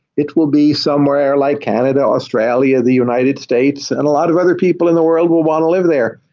it will be somewhere like canada, australia, the united states, and a lot of other people in the world will want to live there,